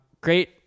Great